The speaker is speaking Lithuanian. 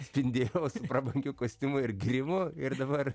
spindėjau su prabangiu kostiumu ir grimu ir dabar